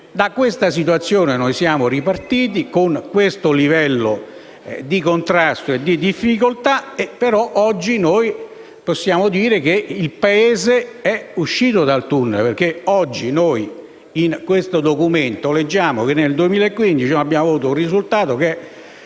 da questa situazione siamo ripartiti, con questo livello di contrasto e di difficoltà, e però oggi possiamo dire che il Paese è uscito dal *tunnel* perché in questo Documento leggiamo che nel 2015 abbiamo avuto un risultato dello